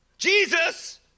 Jesus